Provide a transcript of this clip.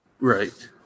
Right